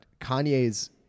kanye's